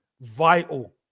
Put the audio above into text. vital